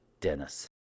dennis